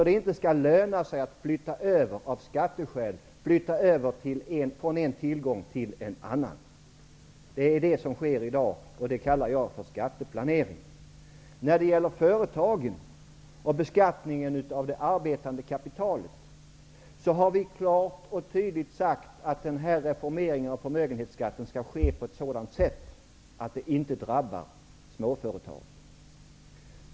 Det skall med andra ord inte löna sig att av skatteskäl flytta över från en tillgång till en annan. Detta sker i dag, och jag kallar det för skatteplanering. Beträffande företagen och beskattningen av det arbetande kapitalet har vi klart och tydligt sagt att reformeringen av förmögenhetsskatten skall ske på ett sådant sätt att den inte drabbar småföretagen.